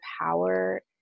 power